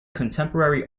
contemporary